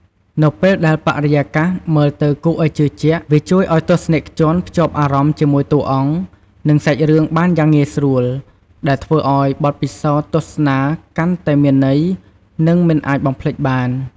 នៅពេលដែលបរិយាកាសមើលទៅគួរឱ្យជឿជាក់ វាជួយឱ្យទស្សនិកជនភ្ជាប់អារម្មណ៍ជាមួយតួអង្គ និងសាច់រឿងបានយ៉ាងងាយស្រួល ដែលធ្វើឱ្យបទពិសោធន៍ទស្សនាកាន់តែមានន័យ និងមិនអាចបំភ្លេចបាន។